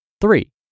Three